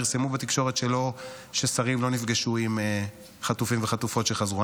פרסמו בתקשורת ששרים לא נפגשו עם חטופים וחטופות שחזרו.